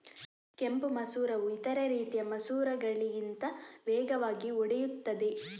ಕೆಂಪು ಮಸೂರವು ಇತರ ರೀತಿಯ ಮಸೂರಗಳಿಗಿಂತ ವೇಗವಾಗಿ ಒಡೆಯುತ್ತದೆ